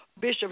Bishop